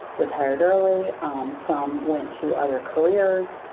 retired early some went to other careers.